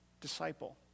disciple